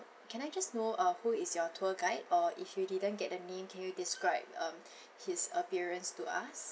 can I just know uh who is your tour guide or if you didn't get the name can you describe um his appearance to us